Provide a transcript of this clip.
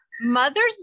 Mother's